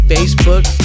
Facebook